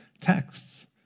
texts